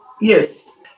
Yes